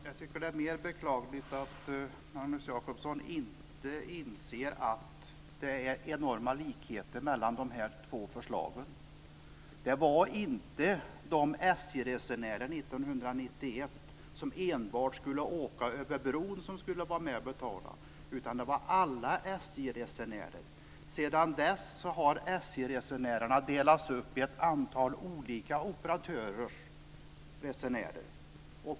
Fru talman! Det är mer beklagligt att Magnus Jacobsson inte inser att det är enorma likheter mellan dessa två förslag. Det var inte enbart de SJ-resenärer 1991 som skulle åka över bron som skulle vara med att betala, utan det var alla SJ-resenärer. Sedan dess har SJ-resenärerna delats upp i ett antal olika operatörers resenärer.